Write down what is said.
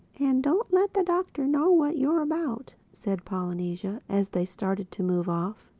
and don't let the doctor know what you're about, said polynesia as they started to move off.